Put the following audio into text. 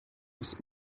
was